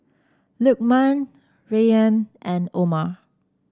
Lukman Rayyan and Omar